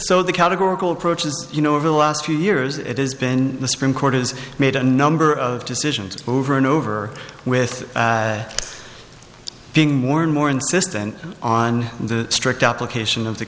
so the categorical pro choice you know over the last few years it has been the supreme court has made a number of decisions over and over with being more and more insistent on strict application of the